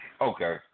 Okay